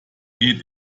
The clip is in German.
geht